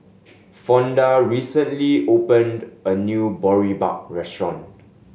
Fonda recently opened a new Boribap restaurant